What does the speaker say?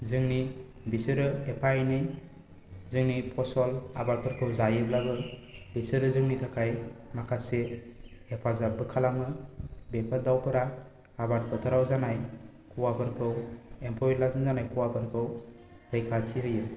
जोंनि बिसोरो एफा एनै जोंनि फसल आबादफोरखौ जायोब्लाबो बेसोरो जोंनि थाखाय माखासे हेफाजाबबो खालामो बेफोर दावफोरा आबाद फोथाराव जानाय खहाफोरखौ एम्फौ एनलाजों जानाय खहाफोरखौ रैखाथि होयो